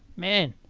man.